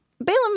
Balaam